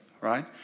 right